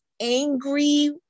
angry